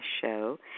show